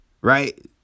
right